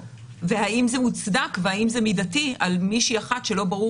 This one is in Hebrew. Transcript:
והאם זה מוצדק והאם זה מידתי בגלל מישהי אחת שלא ברור